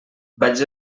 vaig